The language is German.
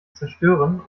zerstören